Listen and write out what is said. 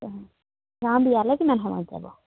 বিয়ালে কিমান সময়ত যাব